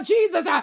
Jesus